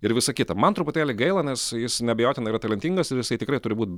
ir visa kita man truputėlį gaila nes jis neabejotinai yra talentingas ir jisai tikrai turi būt